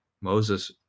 Moses